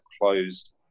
closed